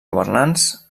governants